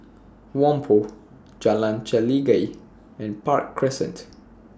Whampoa Jalan Chelagi and Park Crescent